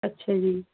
ਅੱਛਾ ਜੀ